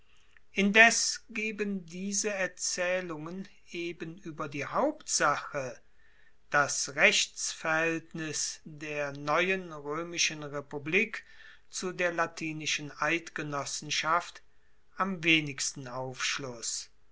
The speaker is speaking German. indes geben diese erzaehlungen eben ueber die hauptsache das rechtsverhaeltnis der neuen roemischen republik zu der latinischen eidgenossenschaft am wenigsten aufschluss